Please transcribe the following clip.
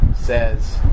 says